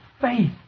faith